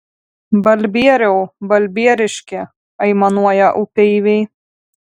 balbieriau balbieriški aimanuoja upeiviai